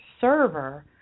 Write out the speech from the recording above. server